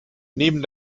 neben